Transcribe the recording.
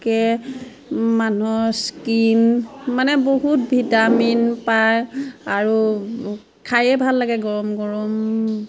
কে মানুহৰ স্কিন মানে বহুত ভিটামিন পায় আৰু খায়ে ভাল লাগে গৰম গৰম